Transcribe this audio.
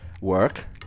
work